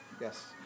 Yes